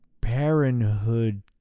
Parenthood